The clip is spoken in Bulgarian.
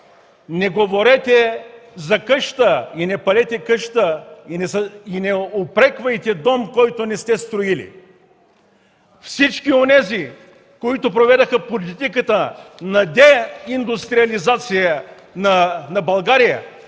не говорете за къща и не палете къща, и не упреквайте дом, който не сте строили. Всички онези, които проведоха политиката на деиндустриализация на България,